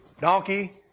donkey